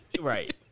Right